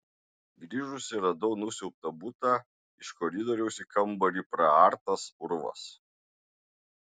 grįžusi radau nusiaubtą butą iš koridoriaus į kambarį praartas urvas